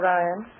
Ryan